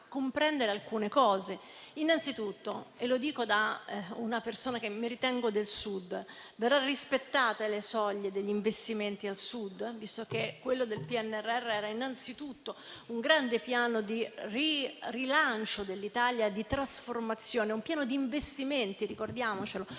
comprendere alcune cose. Innanzitutto, e lo dico da persona del Sud, quale mi ritengo, verranno rispettate le soglie degli investimenti al Sud. E lo dico visto che il PNRR era innanzitutto un grande Piano di rilancio dell'Italia, di trasformazione; un Piano di investimenti - ricordiamocelo